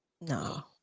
No